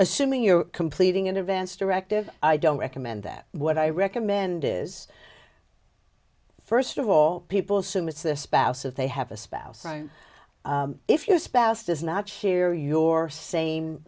assuming you're completing an advance directive i don't recommend that what i recommend is first of all people seumas their spouse if they have a spouse if your spouse does not share your same